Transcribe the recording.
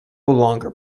longer